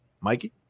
Mikey